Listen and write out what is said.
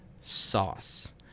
Sauce